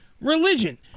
religion